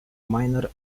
minor